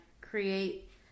create